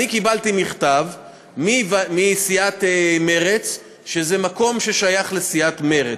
קיבלתי מכתב מסיעת מרצ שזה מקום ששייך לסיעת מרצ.